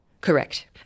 Correct